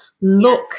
look